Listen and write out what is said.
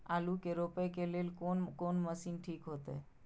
आलू के रोपे के लेल कोन कोन मशीन ठीक होते?